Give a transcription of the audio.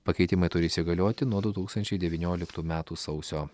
pakeitimai turi įsigalioti nuo du tūkstančiai devynioliktų metų sausio